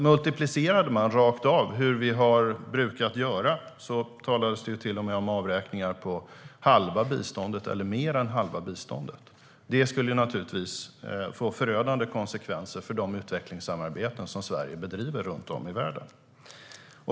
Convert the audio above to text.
Multiplicerade man hur vi har brukat göra rakt av talades det till och med om avräkningar på halva eller mer än halva biståndet. Det skulle naturligtvis få förödande konsekvenser för de utvecklingssamarbeten som Sverige bedriver runt om i världen.